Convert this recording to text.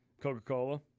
Coca-Cola